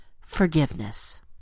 forgiveness